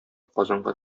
казанга